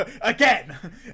again